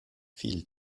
fiel